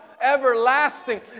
everlasting